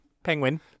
Penguin